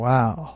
Wow